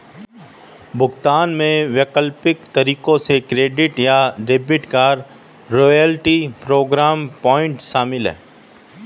भुगतान के वैकल्पिक तरीकों में क्रेडिट या debit card, loyalty programme point शामिल है